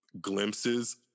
glimpses